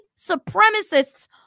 supremacists